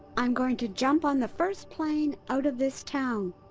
i'm going to jump on the first plane out of this town.